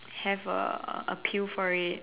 have a appeal for it